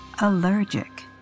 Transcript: allergic